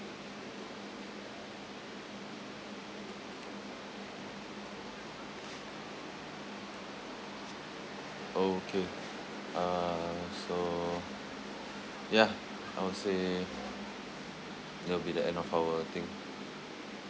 okay uh so ya I would say that'll be the end of our thing